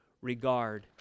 regard